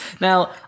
Now